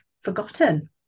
forgotten